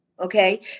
Okay